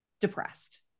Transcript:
depressed